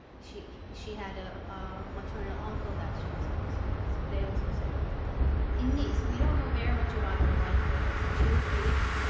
she she had a maternal uncle that she was close with. so they also settled in nice. we don't know very much about her life there. so she was eight.